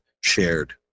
shared